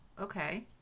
okay